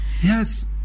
Yes